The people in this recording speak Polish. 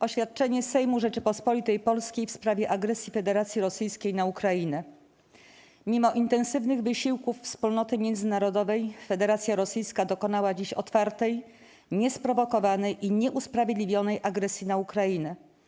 Oświadczenie Sejmu Rzeczypospolitej Polskiej w sprawie agresji Federacji Rosyjskiej na Ukrainę Mimo intensywnych wysiłków wspólnoty międzynarodowej Federacja Rosyjska dokonała dziś otwartej, niesprowokowanej i nieusprawiedliwionej agresji na Ukrainę.